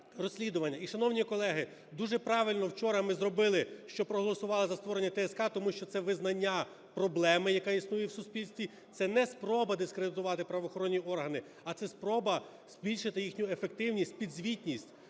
І, шановні колеги, дуже правильно вчора ми зробили, що проголосували за створення ТСК, тому що це визнання проблеми, яка існує в суспільстві, це не спроба дискредитувати правоохоронні органи, а це спроба збільшити їхню ефективність, підзвітність,